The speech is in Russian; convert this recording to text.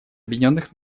объединенных